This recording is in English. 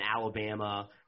Alabama